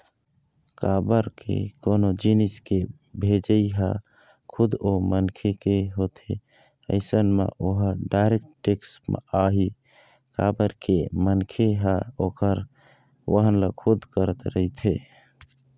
काबर के कोनो जिनिस के भेजई ह खुद ओ मनखे के होथे अइसन म ओहा डायरेक्ट टेक्स म आही काबर के मनखे ह ओखर वहन ल खुदे करत रहिथे